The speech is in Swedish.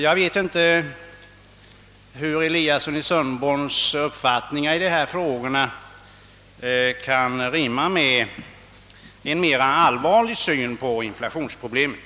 Jag förstår inte hur herr Eliassons uppfattningar i de här frågorna kan rimma med en mera allvarlig syn på inflationsproblemet.